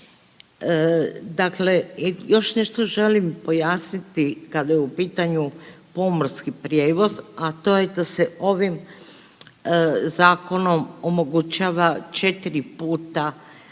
Dakle, još nešto želim pojasniti kada je u pitanju pomorski prijevoz, a to je da se ovim zakonom omogućava četiri puta